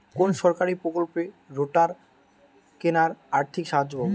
কোন সরকারী প্রকল্পে রোটার কেনার আর্থিক সাহায্য পাব?